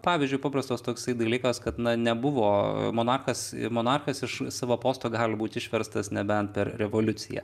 pavyzdžiui paprastas toksai dalykas kad na nebuvo monarchas monarchas iš savo posto gali būti išverstas nebent per revoliuciją